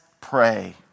pray